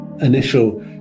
initial